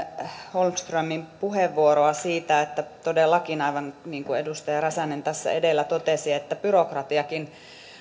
holmströmin puheenvuoroa siitä että todellakin aivan niin kuin edustaja räsänen tässä edellä totesi byrokratiakin